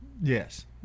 Yes